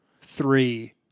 three